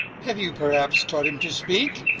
have you perhaps taught him to speak?